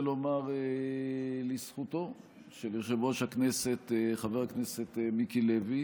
לומר לזכותו של יושב-ראש הכנסת חבר הכנסת מיקי לוי,